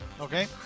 Okay